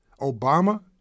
Obama